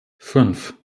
fünf